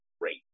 great